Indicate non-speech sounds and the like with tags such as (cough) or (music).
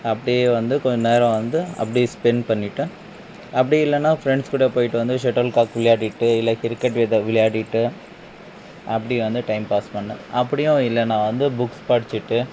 அப்படே வந்து கொஞ்ச நேரம் வந்து அப்படே ஸ்பென்ட் பண்ணிட்டேன் அப்படி இல்லைன்னா ஃப்ரெண்ஸ் கூட போயிட்டு வந்து ஷெட்டில்கார்க் விளையாடிட்டு இல்லை கிரிக்கெட் (unintelligible) விளையாடிட்டும் அப்படி வந்து டைம் பாஸ் பண்ணேன் அப்படியும் இல்லைனா வந்து புக்ஸ் படித்துட்டு